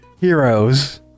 heroes